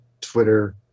Twitter